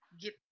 get